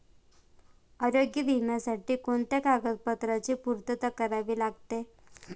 आरोग्य विम्यासाठी कोणत्या कागदपत्रांची पूर्तता करावी लागते?